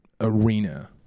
arena